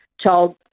child